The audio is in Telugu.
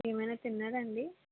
ఏమైనా తిన్నాడా అండి